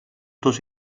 dos